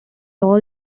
all